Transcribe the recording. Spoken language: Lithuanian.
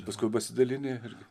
paskui pasidalini irgi